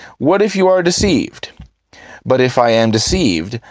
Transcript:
what if you are deceived but if i am deceived,